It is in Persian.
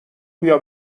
بیا